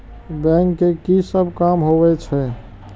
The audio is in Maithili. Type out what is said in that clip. बैंक के की सब काम होवे छे?